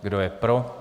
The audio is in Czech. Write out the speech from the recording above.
Kdo je pro?